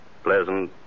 Pleasant